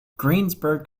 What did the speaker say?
greensburg